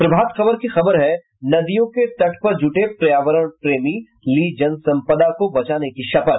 प्रभात खबर की खबर है नदियों के तट पर जुटे पर्यावरण प्रेमी ली जन संपदा को बचाने की शपथ